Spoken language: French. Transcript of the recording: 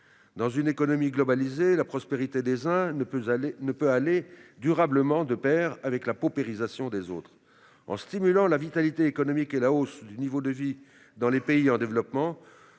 Dans une économie globalisée, la prospérité des uns ne peut aller durablement de pair avec la paupérisation des autres. En stimulant la vitalité économique des pays en développement